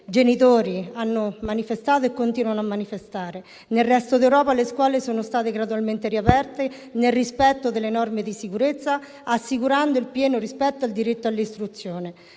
genitori hanno manifestato e continuano a farlo. Nel resto d'Europa le scuole sono state gradualmente riaperte nel rispetto delle norme di sicurezza, assicurando il pieno rispetto al diritto all'istruzione.